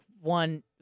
one